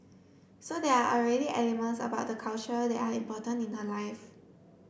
so there are already elements about the culture that are important in her life